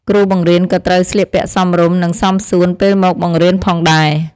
គ្រូបង្រៀនក៏ត្រូវស្លៀកពាក់សមរម្យ និងសមសួនពេលមកបង្រៀនផងដែរ។